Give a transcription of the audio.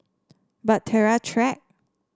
Bahtera Track